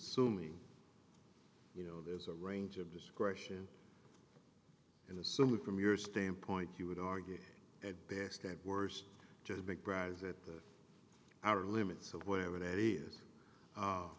assuming you know there's a range of discretion in the summer from your standpoint you would argue at best at worst just big prize at the outer limits of whatever that is